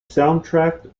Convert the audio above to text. soundtrack